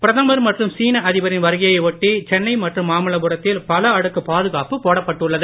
பிரதமர் மற்றும் சீன அதிபரின் வருகையை ஒட்டி சென்னை மற்றும் மாமல்லபுரத்தில் பல அடுக்கு பாதுகாப்பு போடப்பட்டுள்ளது